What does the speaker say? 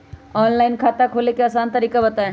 Online खाता खोले के आसान तरीका बताए?